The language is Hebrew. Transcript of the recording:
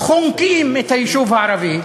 חונקים את היישוב הערבי,